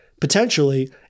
potentially